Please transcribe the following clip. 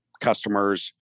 customers